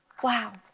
wow,